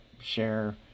share